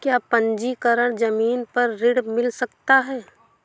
क्या पंजीकरण ज़मीन पर ऋण मिल सकता है?